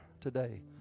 today